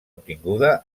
obtinguda